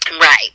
Right